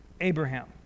Abraham